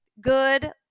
good